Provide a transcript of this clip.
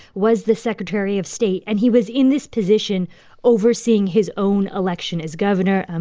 was the secretary of state, and he was in this position overseeing his own election as governor. and